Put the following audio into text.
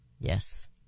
Yes